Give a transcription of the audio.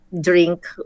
drink